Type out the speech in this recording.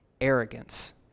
arrogance